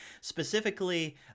specifically